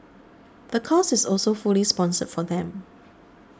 the course is also fully sponsored for them